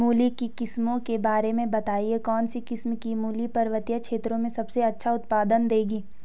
मूली की किस्मों के बारे में बताइये कौन सी किस्म की मूली पर्वतीय क्षेत्रों में सबसे अच्छा उत्पादन देंगी?